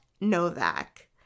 Novak